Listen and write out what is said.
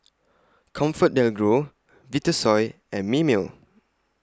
ComfortDelGro Vitasoy and Mimeo